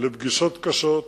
אלה פגישות קשות,